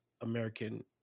American